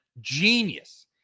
Genius